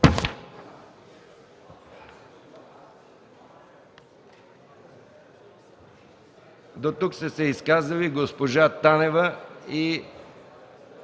До тук са се изказали госпожа Танева и